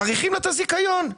מאריכים את הזיכיון,